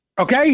okay